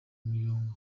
umuyonga